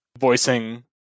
voicing